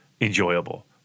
enjoyable